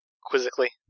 quizzically